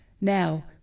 now